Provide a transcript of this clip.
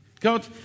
God